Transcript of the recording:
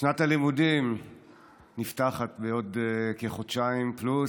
שנת הלימודים נפתחת בעוד כחודשיים פלוס.